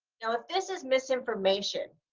now if this is misinformation,